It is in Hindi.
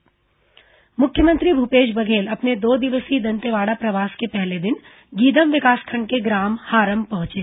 मुख्यमंत्री दंतेवाड़ा मुख्यमंत्री भूपेश बघेल अपने दो दिवसीय दंतेवाड़ा प्रवास के पहले दिन गीदम विकासखण्ड के ग्राम हारम पहुंचे